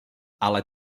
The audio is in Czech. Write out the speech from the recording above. ale